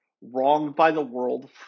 wronged-by-the-world